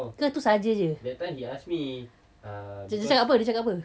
ke tu saja jer dia cakap apa dia cakap apa